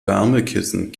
wärmekissen